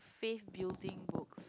faith building books